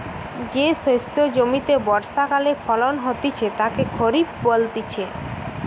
যে শস্য জমিতে বর্ষাকালে ফলন হতিছে তাকে খরিফ বলতিছে